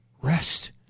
Rest